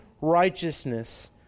righteousness